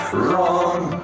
wrong